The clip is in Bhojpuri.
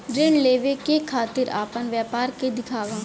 ऋण लेवे के खातिर अपना व्यापार के दिखावा?